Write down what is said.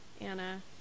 Anna